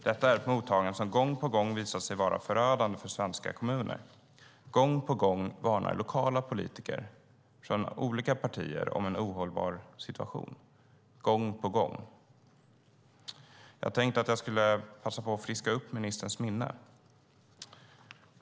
Det är ett mottagande som gång på gång visat sig vara förödande för svenska kommuner, och gång på gång varnar lokala politiker från olika partier för en ohållbar situation. Jag vill därför passa på att friska upp ministerns minne.